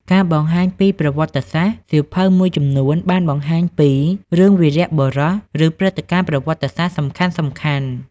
ការបង្ហាញពីប្រវត្តិសាស្ត្រ សៀវភៅមួយចំនួនបានបង្ហាញពី រឿងវីរបុរស ឬ ព្រឹត្តិការណ៍ប្រវត្តិសាស្ត្រ សំខាន់ៗ។